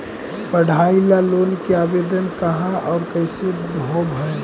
पढाई ल लोन के आवेदन कहा औ कैसे होब है?